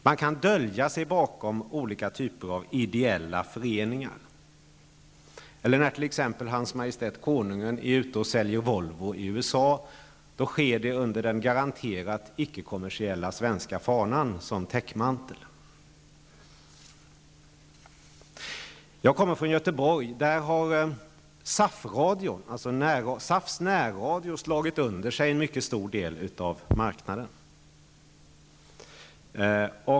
Man kan dölja sig bakom olika typer av ideella föreningar. När t.ex. Hans Majestät Konungen säljer Volvo i USA sker det med den garanterat icke-kommersiella svenska fanan som täckmantel. Jag kommer från Göteborg, där Radio SAF, dvs. SAFs närradio, har slagit under sig en mycket stor del av marknaden.